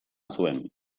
zuen